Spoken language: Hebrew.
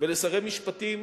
ולשרי משפטים